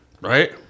Right